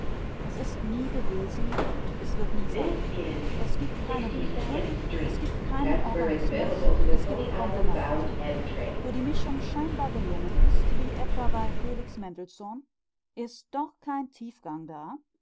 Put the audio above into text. es ist nie gewesen es wird nie sein es gibt keine blüte es gibt keinen organismus es gibt konglomerat wo die mischung scheinbar gelungen ist wie etwa bei felix mendelssohn ist doch kein tiefgang da